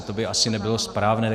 To by asi nebylo správné.